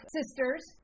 sisters